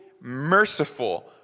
merciful